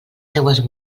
seues